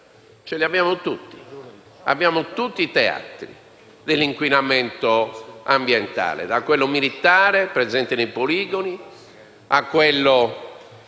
ce li abbiamo tutti: abbiamo tutti i teatri dell'inquinamento ambientale, da quello militare (presente nei poligoni), a quello